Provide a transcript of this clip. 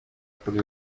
kuri